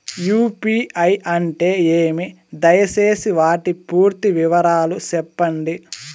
UPI అంటే ఏమి? దయసేసి వాటి పూర్తి వివరాలు సెప్పండి?